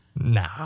Nah